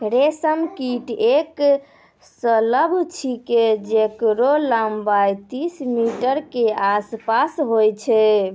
रेशम कीट एक सलभ छिकै जेकरो लम्बाई तीस मीटर के आसपास होय छै